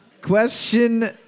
Question